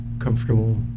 comfortable